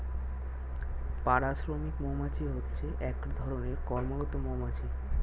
পাড়া শ্রমিক মৌমাছি হচ্ছে এক ধরণের কর্মরত মৌমাছি